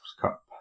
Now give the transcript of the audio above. cup